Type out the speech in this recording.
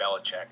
Belichick